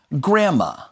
Grandma